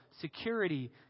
Security